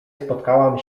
spotkałam